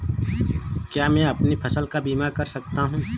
क्या मैं अपनी फसल का बीमा कर सकता हूँ?